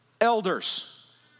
elders